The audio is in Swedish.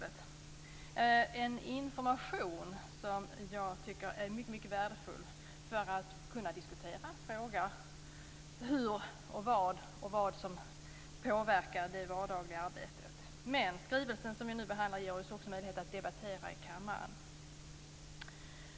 Detta är en information som jag tycker är mycket värdefull för att kunna diskutera och fråga hur det vardagliga arbetet påverkas och av vad. Men skrivelsen som vi nu behandlar ger oss ju också möjlighet att debattera i kammaren.